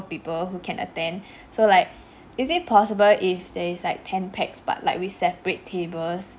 people who can attend so like is it possible if there's like ten pax but like we separate tables